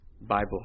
Bible